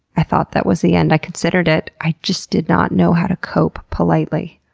i thought that was the end. i considered it. i just did not know how to cope politely.